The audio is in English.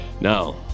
Now